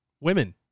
women